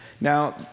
Now